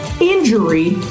injury